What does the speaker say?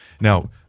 Now